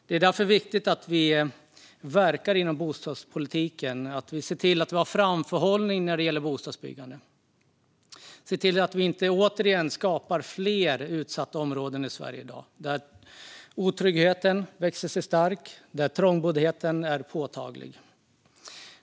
Det är därför viktigt att vi verkar inom bostadspolitiken för att se till att ha framhållning när det gäller bostadsbyggande och att vi inte återigen skapar fler utsatta områden i Sverige, där otryggheten i dag växer sig stark och där trångboddheten är påtaglig.